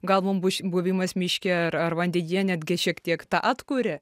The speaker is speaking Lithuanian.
gal mum buš buvimas miške ar ar vandyje netgi šiek tiek tą atkuria